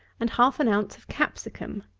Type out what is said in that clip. and half an ounce of capsicum.